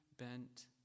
Bent